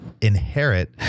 inherit